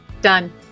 done